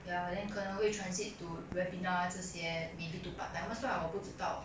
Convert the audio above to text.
ya then 可能会 transit to webinar 这些 maybe to part timers lah 我不知道